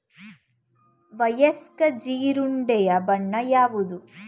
ವಯಸ್ಕ ಜೀರುಂಡೆಯ ಬಣ್ಣ ಯಾವುದು?